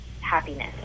happiness